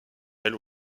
elles